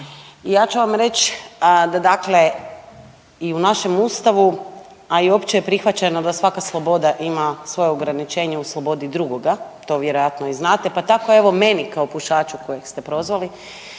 Ja ću vam reć da dakle i u našem Ustavu, a i opće je prihvaćeno da svaka sloboda ima svoja ograničenja u slobodi drugoga, to vjerojatno i znate pa tako evo meni kao pušaču kojeg ste prozvali